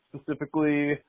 specifically